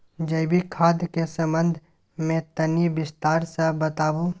जैविक खाद के संबंध मे तनि विस्तार स बताबू?